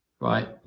Right